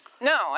No